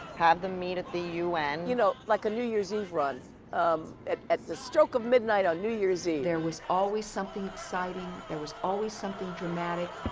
had them meet at the u n. you know, like, a new year's eve run um at at the stroke of midnight on new year's eve. there was always something exciting. there was always something dramatic.